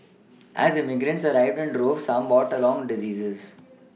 as immigrants arrived in droves some brought along diseases